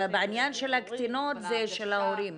בעניין של הקטינות זה ההורים.